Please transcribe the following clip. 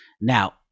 Now